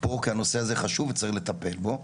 פה כי הנושא הזה חשוב וצריך לטפל בו.